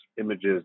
images